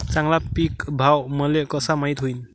चांगला पीक भाव मले कसा माइत होईन?